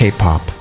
K-Pop